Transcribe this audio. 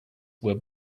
were